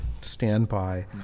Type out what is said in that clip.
standby